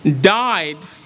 died